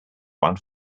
one